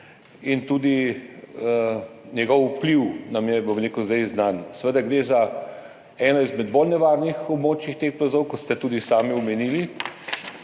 in tudi njegov vpliv nam je zdaj znan. Seveda gre za eno izmed bolj nevarnih območij teh plazov, kot ste tudi sami omenili,